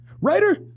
writer